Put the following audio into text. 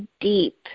deep